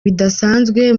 bidasanzwe